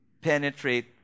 penetrate